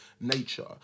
nature